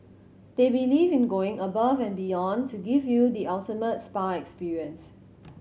they believe in going above and beyond to give you the ultimate spa experience